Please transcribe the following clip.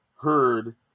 heard